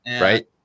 Right